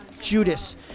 Judas